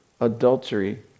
adultery